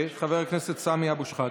חבר הכנסת סמי אבו שחאדה,